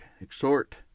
exhort